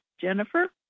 Jennifer